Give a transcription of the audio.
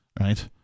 right